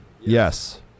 Yes